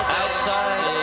outside